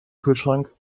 kühlschrank